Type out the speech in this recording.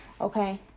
okay